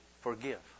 forgive